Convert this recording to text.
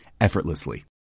effortlessly